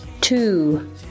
Two